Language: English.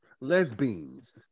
Lesbians